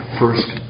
first